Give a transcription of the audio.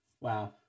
Wow